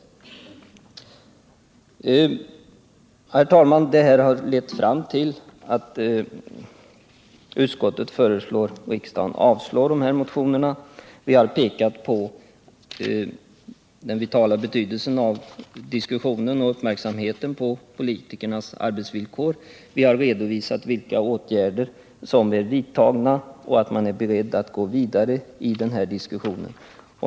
109 Herr talman! Detta resonemang har lett fram till att utskottet föreslår riksdagen att avslå motionerna. Utskottet har pekat på den vitala betydelsen av diskussion och fäst uppmärksamheten på politikernas arbetsvillkor samt redovisat vilka åtgärder som är vidtagna. Vi är beredda att gå vidare i diskussionen.